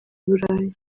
burayi